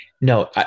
No